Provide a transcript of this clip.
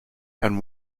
and